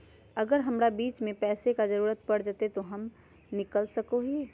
अगर हमरा बीच में पैसे का जरूरत पड़ जयते तो हम निकल सको हीये